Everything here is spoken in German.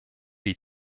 die